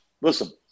Listen